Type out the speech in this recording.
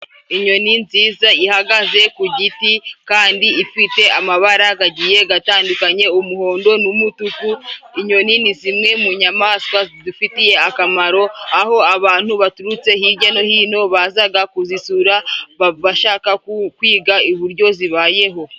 Inyoni nziza ihagaze ku giti kandi ifite amabara gagiye gatandukanye: umuhondo n'umutuku. Inyoni ni zimwe mu nyamaswa zidufitiye akamaro aho abantu baturutse hirya no hino bazaga kuzisura bashaka kwiga uburyo zibayeho.